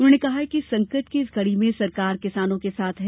उन्होंने कहा कि संकट की इस घड़ी में सरकार किसानों के साथ है